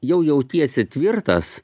jau jautiesi tvirtas